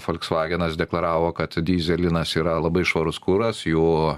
folksvagenas deklaravo kad dyzelinas yra labai švarus kuras jų